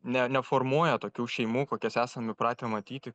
ne neformuoja tokių šeimų kokias esam įpratę matyti